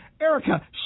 Erica